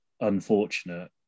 unfortunate